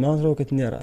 man atrodo kad nėra